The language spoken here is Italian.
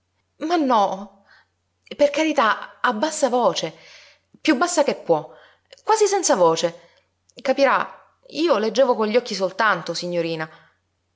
ma no per carità a bassa voce piú bassa che può quasi senza voce capirà io leggevo con gli occhi soltanto signorina